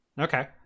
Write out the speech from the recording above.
Okay